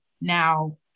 Now